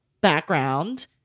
background